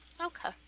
Okay